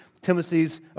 Timothy's